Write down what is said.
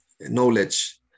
knowledge